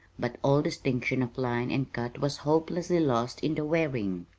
but all distinction of line and cut was hopelessly lost in the wearing.